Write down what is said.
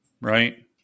right